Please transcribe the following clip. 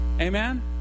Amen